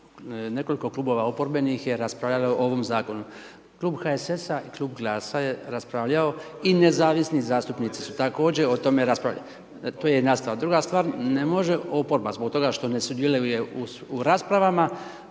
nekoliko Klubova oporbenih je raspravljalo o ovom Zakonu, Klub HSS-a i Klub GLAS-a je raspravljao, i nezavisni zastupnici su također o tome raspravljali. To je jedna stvar. Druga stvar, ne može oporba zbog toga što ne sudjeluje u raspravama,